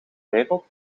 wereld